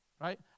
right